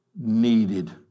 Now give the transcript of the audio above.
needed